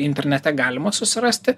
internete galima susirasti